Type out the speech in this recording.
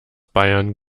bayern